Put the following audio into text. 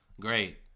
Great